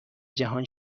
جهان